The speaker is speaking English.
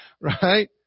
Right